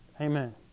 Amen